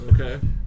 Okay